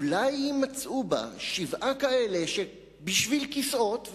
אולי יימצאו בה שבעה כאלה שבשביל כיסאות,